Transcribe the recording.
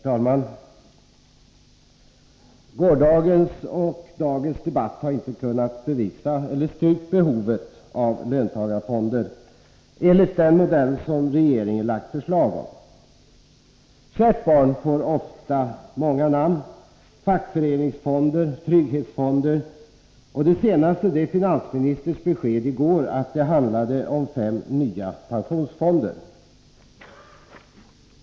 Herr talman! Gårdagens och dagens debatt har inte kunnat styrka behovet avlöntagarfonder enligt den modell som regeringen har lagt fram förslag om. Kärt barn får ofta många namn: fackföreningsfonder, trygghetsfonder — och det senaste är finansministerns besked i går att det handlade om fem nya pensionsfonder.